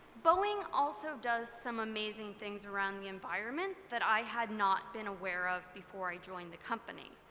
boeing also does some amazing things around the environment that i had not been aware of before i joined the company.